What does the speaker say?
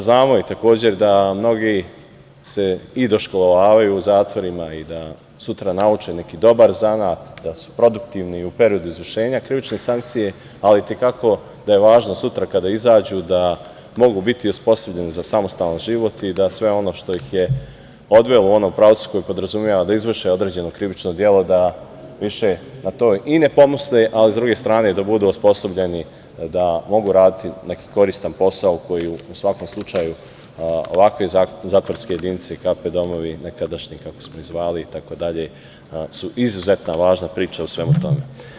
Znamo i takođe da se mnogi i doškolovavaju u zatvorima i da sutra nauče neki dobar zanat, da su produktivni u periodu izvršenja krivične sankcije, ali i te kako da je važno sutra kada izađu da mogu biti osposobljeni za samostalan život i da sve ono što ih je odvelo u onom pravcu koji podrazumeva da izvrše određeno krivično delo da više na to i ne pomisle, a sa druge strane da budu osposobljeni da mogu raditi neki koristan posao koji u svakom slučaju ovakve zatvorske jedinice KP domovi nekadašnji, kako smo ih zvali, itd, su izuzetno važna priča u svemu tome.